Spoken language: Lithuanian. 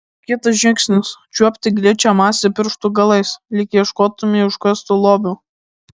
kitas žingsnis čiuopti gličią masę pirštų galais lyg ieškotumei užkasto lobio